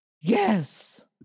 Yes